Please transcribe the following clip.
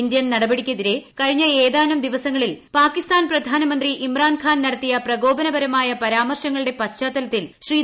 Indian നടപടിയ്ക്കെതിരെ കഴിഞ്ഞ ഏതാനും ദിവസങ്ങളിൽ പാകിസ്ഥാൻ പ്രധാനമന്ത്രി ഇമ്രാൻ ഖാൻ നടത്തിയ പ്രകോപനപരമായ പരാമർശങ്ങളുടെ പശ്ചാത്തലത്തിൽ ശ്രീ